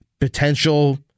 potential